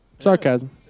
Sarcasm